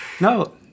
No